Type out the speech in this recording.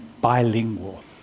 bilingual